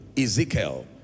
Ezekiel